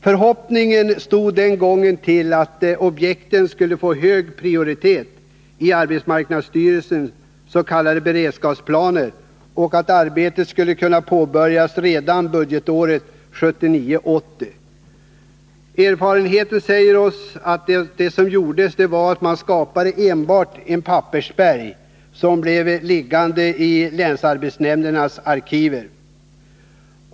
Förhoppningen stod den gången till att objekten skulle få hög prioritet i arbetsmarknadsstyrelsens s.k. beredskapsplaner och att arbetet skulle kunna påbörjas redan budgetåret 1979/80. Erfarenheten säger oss att vad som gjordes enbart var att skapa ett pappersberg, som blev liggande i länsarbetsnämndens arkiv.